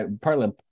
partly